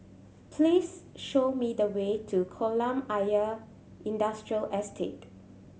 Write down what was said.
please show me the way to Kolam Ayer Industrial Estate